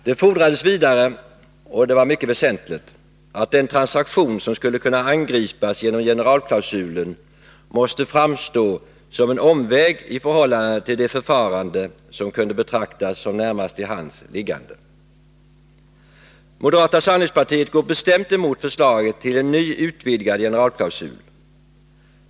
Det fordrades vidare, och det var mycket väsentligt, att den transaktion som skulle kunna angripas genom generalklausulen måste framstå som en omväg i förhållande till det förfarande som kunde betraktas som närmast till hands liggande. Moderata samlingspartiet går bestämt emot förslaget till en ny, utvidgad generalklausul.